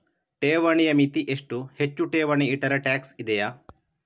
ಠೇವಣಿಯ ಮಿತಿ ಎಷ್ಟು, ಹೆಚ್ಚು ಠೇವಣಿ ಇಟ್ಟರೆ ಟ್ಯಾಕ್ಸ್ ಇದೆಯಾ?